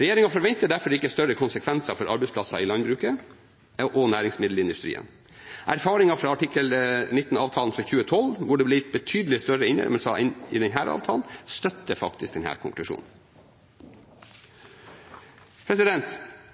Regjeringen forventer derfor ikke større konsekvenser for arbeidsplasser i landbruket og næringsmiddelindustrien. Erfaringene fra artikkel 19-avtalen fra 2012, hvor det ble gitt betydelig større innrømmelser enn i denne avtalen, støtter denne konklusjonen. I Innst. 336 S for 2016–2017 samtykker Stortinget til inngåelse av den